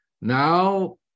Now